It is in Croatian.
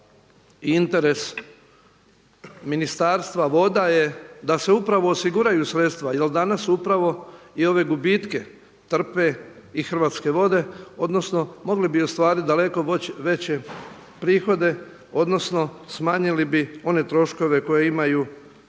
i interes Ministarstva voda je da se upravo osiguraju sredstva, jer danas upravo i ove gubitke trpe i Hrvatske vode odnosno mogli bi ostvariti daleko veće prihode odnosno smanjili bi one troškove koje imaju sami